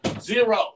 Zero